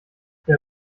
der